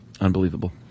Unbelievable